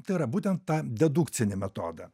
tai yra būtent tą dedukcinį metodą